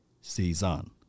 season